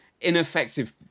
ineffective